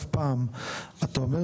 כפי שאמרתי,